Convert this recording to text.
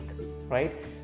right